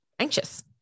anxious